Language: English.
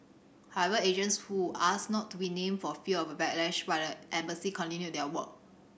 however agents who asked not to be named for fear of a backlash by the embassy continued their work